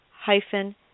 hyphen